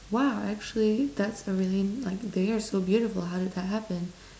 !wow! actually that's a really like they're so beautiful how did that happen